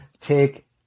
take